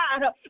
God